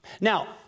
Now